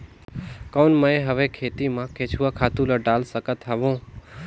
कौन मैं हवे खेती मा केचुआ खातु ला डाल सकत हवो?